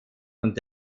und